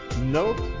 note